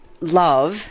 love